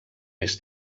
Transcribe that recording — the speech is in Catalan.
més